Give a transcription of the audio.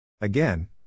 Again